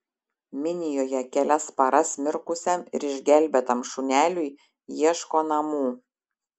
minijoje kelias paras mirkusiam ir išgelbėtam šuneliui ieško namų